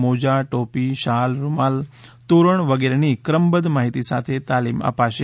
મોજા ટોપી શાલ રૂમાલ તોરણ વગેરેની ક્રમબધ્ધ માહીતી સાથે તાલીમ અપાશે